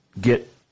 get